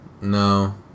No